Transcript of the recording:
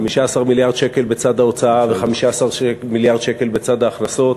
15 מיליארד שקל בצד ההוצאה ו-15 מיליארד שקל בצד ההכנסות,